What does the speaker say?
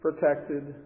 protected